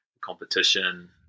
competition